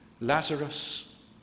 Lazarus